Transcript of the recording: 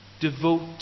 Devote